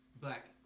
black